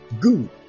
good